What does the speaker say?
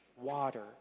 water